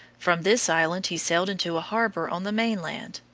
from this island he sailed into a harbor on the mainland,